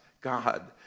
God